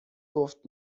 گفت